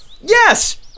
Yes